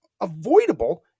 avoidable